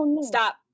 Stop